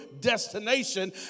destination